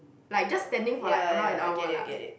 like just standing for like around an hour lah